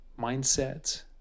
mindset